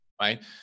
right